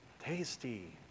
Tasty